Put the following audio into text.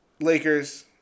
Lakers